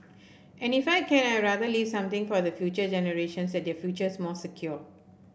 and if I can I'd rather leave something for the future generations that their future is more secure